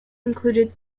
included